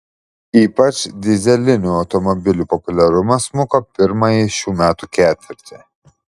ypač dyzelinių automobilių populiarumas smuko pirmąjį šių metų ketvirtį